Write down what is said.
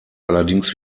allerdings